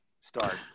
start